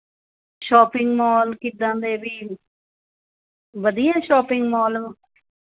shopping mall ਕਿੱਦਾਂ ਦੇ ਵੀ ਵਧੀਆ ਹੈ ਸ਼ੋਅਪਿੰਗ ਮੋਲ